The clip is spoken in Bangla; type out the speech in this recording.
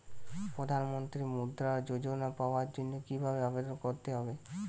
প্রধান মন্ত্রী মুদ্রা যোজনা পাওয়ার জন্য কিভাবে আবেদন করতে হবে?